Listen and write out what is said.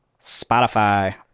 Spotify